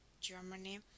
Germany